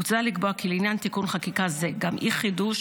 מוצע לקבוע כי לעניין תיקון חקיקה זה גם אי-חידוש